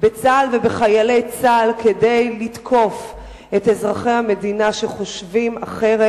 בצה"ל ובחיילי צה"ל כדי לתקוף את אזרחי המדינה שחושבים אחרת,